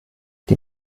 die